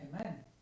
Amen